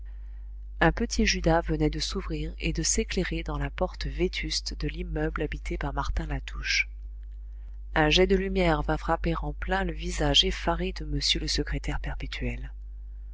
un petit judas venait de s'ouvrir et de s'éclairer dans la porte vétuste de l'immeuble habité par martin latouche un jet de lumière vint frapper en plein le visage effaré de m le secrétaire perpétuel